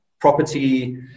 Property